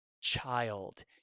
child